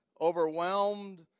overwhelmed